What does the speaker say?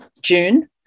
June